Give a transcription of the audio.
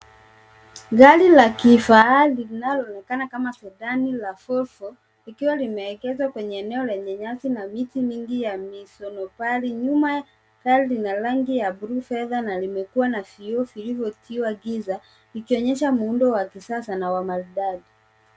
Gari la kifahari linaloonekana kama sedan la Volvo ikiwa limeegeshwa kwenye eneo lenye nyasi na miti mingi ya misonobari. Nyuma gari lina rangi ya bluu fedha na limekuwa na vioo vilivyotiwa giza, ikionyesha muundo wa kisasa na wa maridadi.